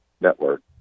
network